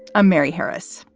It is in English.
i'm mary harris.